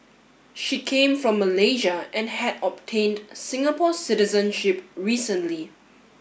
she came from Malaysia and had obtained Singapore citizenship recently